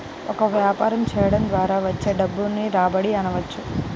ఒక వ్యాపారం చేయడం ద్వారా వచ్చే డబ్బును రాబడి అనవచ్చు